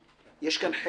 יש את עמדת החקלאים,